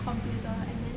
computer and then